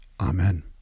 Amen